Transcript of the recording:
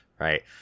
right